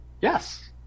Yes